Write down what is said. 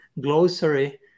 glossary